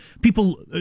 People